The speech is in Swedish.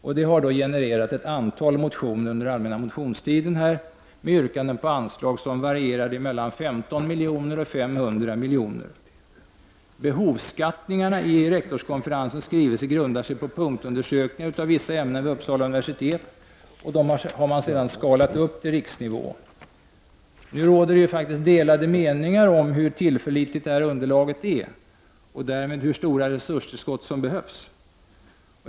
Detta har genererat ett antal motioner under allmänna motionstiden med yrkanden om anslag som varierar mellan 15 och 500 milj.kr. Behovsskattningarna i rektorskonferensens skrivelse grundar sig på punktundersökningar av vissa ämnen vid Uppsala universitet, vilka sedan har räknats om till riksnivå. Det råder delade meningar om hur tillförlitligt detta underlag är och därmed hur stora resurstillskott som behövs.